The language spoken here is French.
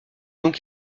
donc